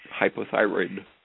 hypothyroid